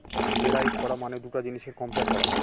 derive করা মানে দুটা জিনিসের কম্পেয়ার করা